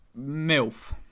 MILF